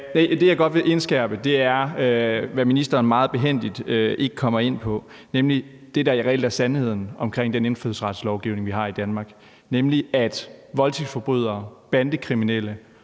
Det, jeg godt vil indskærpe, er, hvad ministeren meget behændigt ikke kommer ind på, nemlig det, der reelt er sandheden omkring den indfødsretslovgivning, vi har i Danmark, og det er, at voldtægtsforbrydere, bandekriminelle